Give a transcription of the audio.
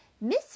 Miss